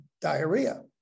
diarrhea